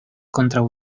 kontraŭ